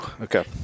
Okay